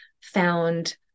found